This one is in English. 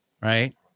Right